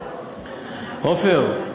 עפר,